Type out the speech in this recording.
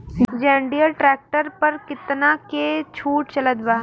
जंडियर tractor पर कितना के छूट चलत बा?